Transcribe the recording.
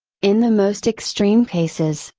in the most extreme cases,